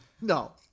no